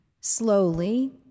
slowly